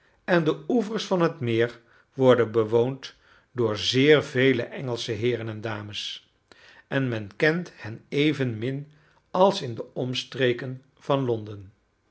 en de oevers van het meer worden bewoond door zeer vele engelsche heeren en dames en men kent hen evenmin als in de omstreken van londen